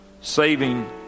saving